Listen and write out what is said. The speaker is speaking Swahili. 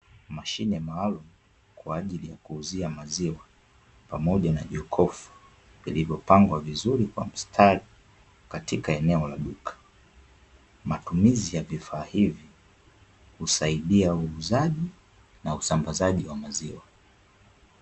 Mashine maalumu kwa ajili ya kuuzia maziwa, pamoja na jokofu vilivyopangwa vizuri kwa mstari katika eneo la duka. Matumizi ya vifaa hivi husaidia uuzaji na usambazaji wa maziwa.